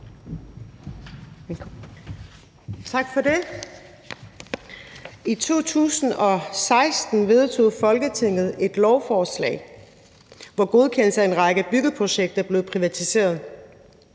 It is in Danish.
Tak for det. I 2016 vedtog Folketinget et lovforslag, hvor godkendelsen af en række byggeprojekter blev privatiseret.